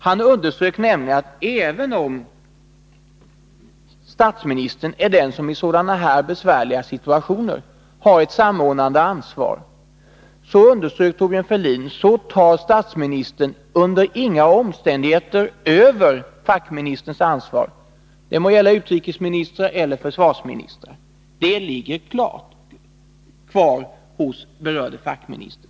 Han underströk nämligen att statsministern, även om han i sådana här besvärliga situationer har ett samordnande ansvar, under inga omständigheter övertar fackministerns ansvar, vare sig det gäller utrikesministerns eller försvarsministerns ansvar. Detta ansvar ligger alltså kvar hos berörd fackminister.